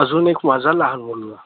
अजून एक माझा लहान मुलगा